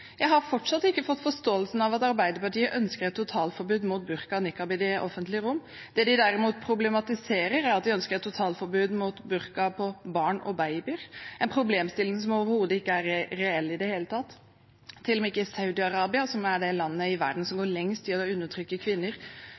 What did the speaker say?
Jeg har fortsatt ikke fått forståelsen av at Arbeiderpartiet ønsker et totalforbud mot burka og nikab i det offentlige rom. Det de derimot problematiserer, er at vi ønsker et totalforbud mot burka på barn og babyer, en problemstilling som ikke er reell i det hele tatt. Heller ikke i Saudi-Arabia, som er det landet i verden som går lengst i å undertrykke kvinner,